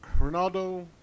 Ronaldo